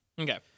Okay